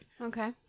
Okay